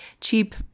cheap